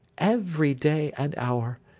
every day and hour,